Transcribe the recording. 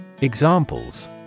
Examples